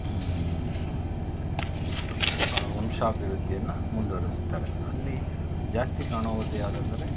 ಸ್ ವಂಶಾಭಿವೃದ್ಧಿಯನ್ನು ಮುಂದ್ವರೆಸ್ತಾರೆ ಅಲ್ಲಿ ಜಾಸ್ತಿ ಕಾಣುವುದು ಯಾವುದಂದ್ರೆ